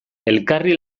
elkarri